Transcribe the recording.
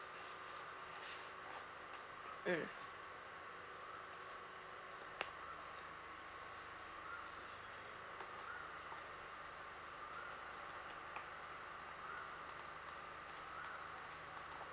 mm